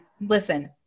listen